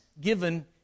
given